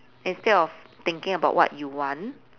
instead of thinking about what you want